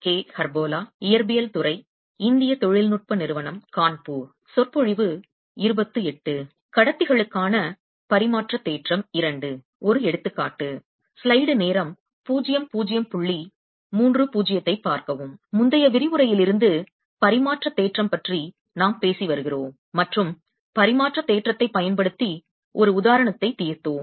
கடத்திகளுக்கான பரஸ்பர பரிமாற்ற தேற்றம் II ஒரு எடுத்துக்காட்டு முந்தைய விரிவுரையிலிருந்து பரிமாற்ற பரஸ்பர தேற்றம் பற்றி நாம் பேசி வருகிறோம் மற்றும் பரிமாற்ற தேற்றத்தைப் பயன்படுத்தி ஒரு உதாரணத்தை தீர்த்தோம்